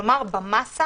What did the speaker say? כלומר, במסה